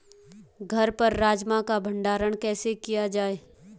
घर पर राजमा का भण्डारण कैसे किया जाय?